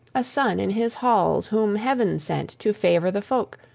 a son in his halls, whom heaven sent to favor the folk,